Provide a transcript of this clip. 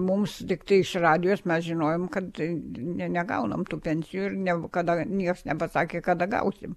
mums tiktai iš radijos mes žinojom kad n ne negaunam tų pensijų ir neu kada nieks nepasakė kada gausim